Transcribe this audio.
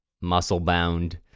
muscle-bound